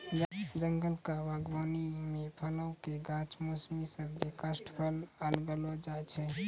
जंगल क बागबानी म फलो कॅ गाछ, मौसमी सब्जी, काष्ठफल उगैलो जाय छै